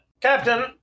Captain